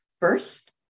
first